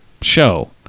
show